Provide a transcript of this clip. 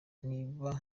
niba